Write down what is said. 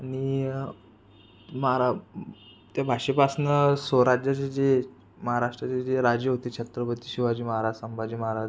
आणि महारा ते भाषेपासून स्वराज्याचे जे महाराष्ट्राचे जे राजे होते छत्रपती शिवाजी महाराज संभाजी महाराज